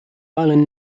island